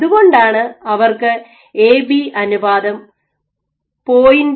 അതുകൊണ്ടാണ് അവർക്ക് A B അനുപാതം 0